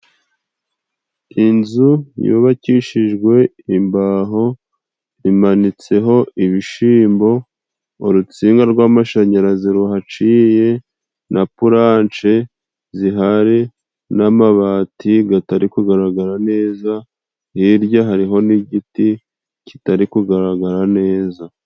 Inzu yubakishijwe imbaho imanitseho ibishimbo. Urutsinga rw'amashanyarazi ruhaciye na puranshe zihari, n'amabati gatari kugaragara neza. Hirya hariho n'igiti kitari kugaragara neza.